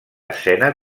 escena